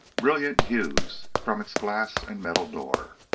brilliant hues from its glass and metal door.